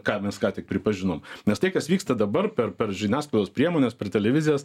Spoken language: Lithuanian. ką mes ką tik pripažinom nes tai kas vyksta dabar per per žiniasklaidos priemones per televizijas